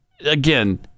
again